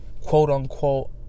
quote-unquote